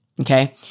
Okay